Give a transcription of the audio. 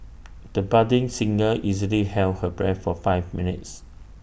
the budding singer easily held her breath for five minutes